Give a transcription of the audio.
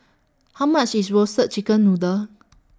How much IS Roasted Chicken Noodle